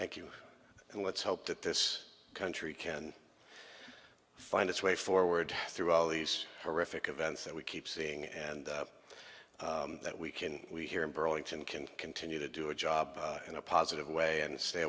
thank you and let's hope that this country can find its way forward through all these horrific events that we keep seeing and that we can we here in burlington can continue to do a job in a positive way and stay